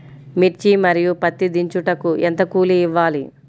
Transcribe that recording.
మిర్చి మరియు పత్తి దించుటకు ఎంత కూలి ఇవ్వాలి?